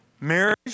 Marriage